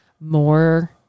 more